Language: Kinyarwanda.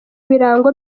birango